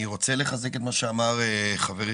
אני רוצה לחזק את מה שאמר חברי,